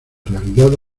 realidad